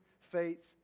faith